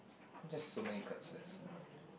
just so many class test